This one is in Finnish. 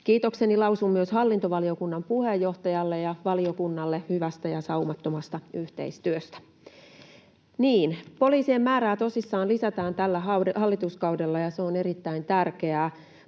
Kiitokseni lausun myös hallintovaliokunnan puheenjohtajalle ja valiokunnalle hyvästä ja saumattomasta yhteistyöstä. Niin, poliisien määrää tosissaan lisätään tällä hallituskaudella, ja se on erittäin tärkeää.